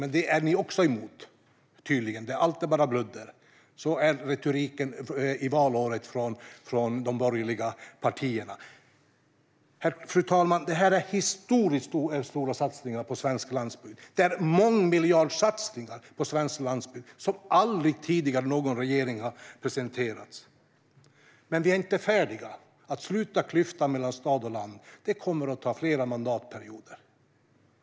Men det är ni tydligen också emot. Allt är bara bludder. Så är retoriken under valåret från de borgerliga partierna. Fru talman! Detta är historiskt stora satsningar på svensk landsbygd. Det är mångmiljardsatsningar på svensk landsbygd som någon regering aldrig tidigare har presenterat. Men vi är inte färdiga. Att sluta klyftan mellan stad och land kommer att ta flera mandatperioder.